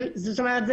זה